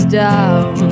down